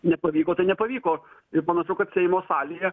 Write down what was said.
nepavyko tai nepavyko ir panašu kad seimo salėje